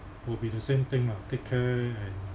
will be the same thing lah take care and